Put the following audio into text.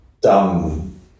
dumb